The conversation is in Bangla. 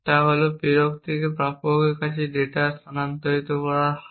তা হল প্রেরক থেকে প্রাপকের কাছে ডেটা স্থানান্তরিত করার হার